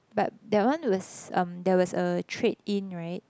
but that one was em there was a trade in right